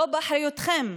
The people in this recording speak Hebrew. לא באחריותכם?